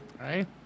Right